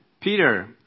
Peter